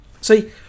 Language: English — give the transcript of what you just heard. See